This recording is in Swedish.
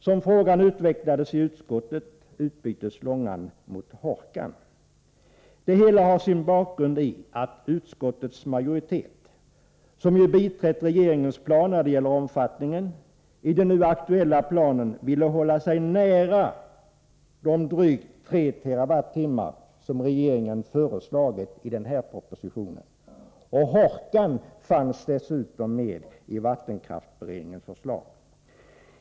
Som frågan utvecklades i utskottet utbyttes Långan mot Hårkan. Det hela har sin bakgrund i att utskottets majoritet, som ju biträtt regeringens plan när det gäller omfattningen, i den nu aktuella planen ville hålla sig nära de drygt 3 TWh/år som regeringen föreslagit i propositionen. Och Hårkan fanns dessutom med i vattenkraftsberedningens förslag.